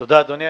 תודה, אדוני.